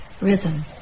rhythm